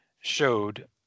showed